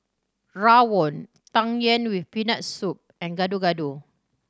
rawon Tang Yuen with Peanut Soup and Gado Gado